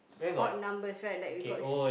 odd numbers right like you got